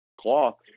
cloth